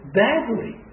badly